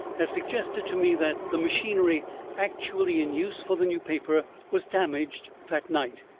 has suggested to me that the machinery actually in use for the new paper was damaged that night,